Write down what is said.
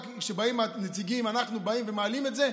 כשבאים נציגים ואנחנו באים ומעלים את זה,